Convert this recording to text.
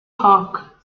park